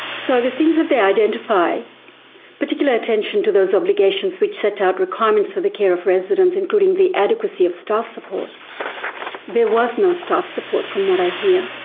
so the things that they identify particular attention to those obligations which set out requirements for the care of residents, including the adequacy of staff support' there was no staff support, from what i hear.